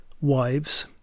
Wives